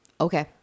Okay